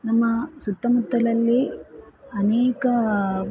ನಮ್ಮ ಸುತ್ತಮುತ್ತಲಲ್ಲಿ ಅನೇಕ